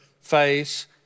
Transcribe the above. face